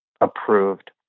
approved